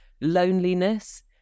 loneliness